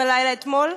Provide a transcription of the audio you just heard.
בלילה אתמול.